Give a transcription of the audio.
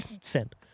Send